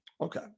Okay